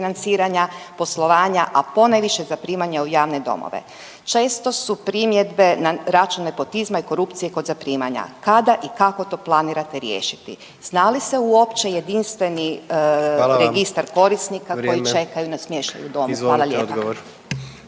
financiranja poslovanja, a ponajviše zaprimanja u javne domove. Često su primjedbe na račun nepotizma i korupcije kod zaprimanja. Kada i kako to planirate riješiti? Zna li se uopće jedinstveni registar korisnika …/Upadica: Hvala lijepa,